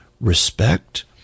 respect